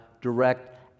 direct